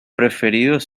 preferidos